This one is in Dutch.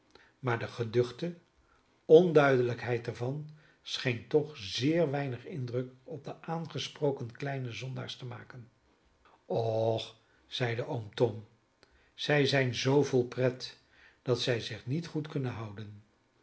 maar de geduchte onduidelijkheid er van scheen toch zeer weinig indruk op de aangesproken kleine zondaars te maken och zeide oom tom zij zijn zoo vol pret dat zij zich niet goed kunnen houden